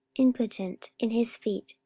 impotent in his feet,